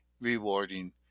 rewarding